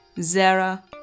Zara